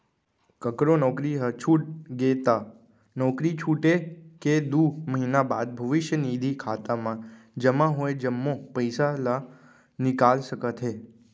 ककरो नउकरी ह छूट गे त नउकरी छूटे के दू महिना बाद भविस्य निधि खाता म जमा होय जम्मो पइसा ल निकाल सकत हे